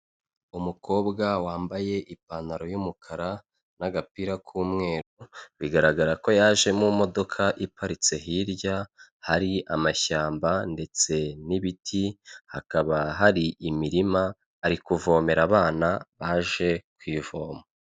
Umukobwa wambaye ipantaro y'umukara n'agapira k'umweru bigaragara ko yaje mu modoka iparitse hirya hari amashyamba ndetse n'ibiti hakaba hari imirima ari kuvomera abana baje kwivomo.